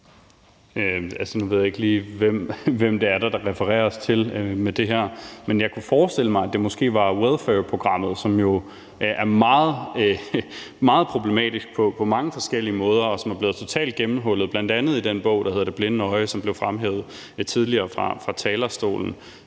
ved jeg ikke lige, hvem det er, der refereres til med det her. Men jeg kunne forestille mig, at det måske var WelFur-programmet, som jo er meget, meget problematisk på mange forskellige måder, og som er blevet totalt gennemhullet, bl.a. i den bog, der hedder »Det blinde øje«, som blev fremhævet tidligere fra talerstolen.